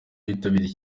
bitabiriye